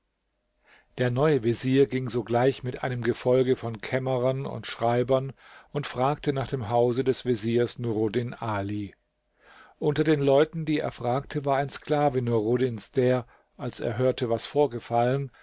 der neue vezier ging sogleich mit einem gefolge von kämmerern und schreibern und fragte nach dem hause des veziers nuruddin ali unter den leuten die er fragte war ein sklave nuruddins der als er hörte was vorgefallen